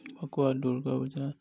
Phakuwa Durga Puja